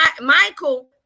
Michael